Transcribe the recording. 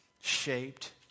shaped